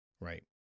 right